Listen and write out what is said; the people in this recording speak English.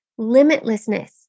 limitlessness